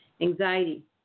Anxiety